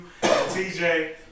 TJ